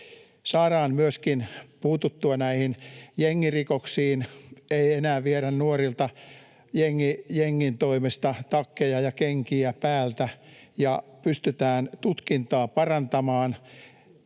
Saadaan myöskin puututtua näihin jengirikoksiin — ei enää viedä nuorilta jengin toimesta takkeja ja kenkiä päältä — ja pystytään tutkintaa parantamaan,